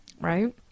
Right